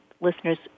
listeners